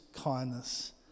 kindness